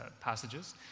passages